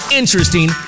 interesting